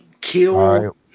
kill